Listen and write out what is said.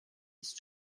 ist